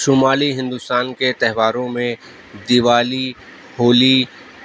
شمالی ہندوستان کے تہواروں میں دیوالی ہولی